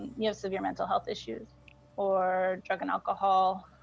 you have severe mental health issues or drug and alcohol,